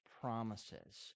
promises